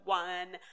one